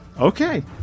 Okay